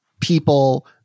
people